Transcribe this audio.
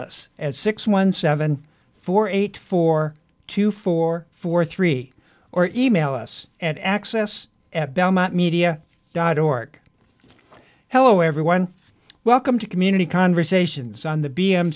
us at six one seven four eight four two four four three or email us at access at belmont media dot org hello everyone welcome to community conversations on the b m